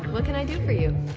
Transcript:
what can i do for you?